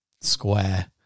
square